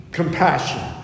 compassion